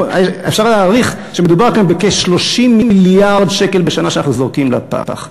אפשר להעריך שמדובר כאן בכ-30 מיליארד שקל בשנה שאנחנו זורקים לפח.